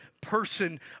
person